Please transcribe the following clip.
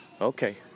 okay